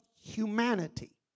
humanity